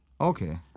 Okay